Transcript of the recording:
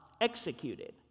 executed